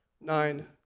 nine